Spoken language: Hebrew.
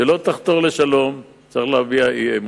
שלא תחתור לשלום, צריך להביע בה אי-אמון,